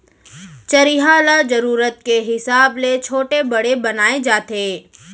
चरिहा ल जरूरत के हिसाब ले छोटे बड़े बनाए जाथे